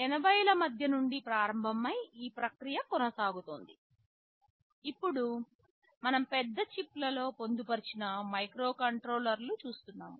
80 ల మధ్య నుండి ప్రారంభమై ఈ ప్రక్రియ కొనసాగుతోంది ఇప్పుడు మనం పెద్ద చిప్లలో పొందుపరిచిన మైక్రోకంట్రోలర్లు చూస్తున్నాము